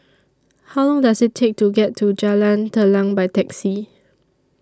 How Long Does IT Take to get to Jalan Telang By Taxi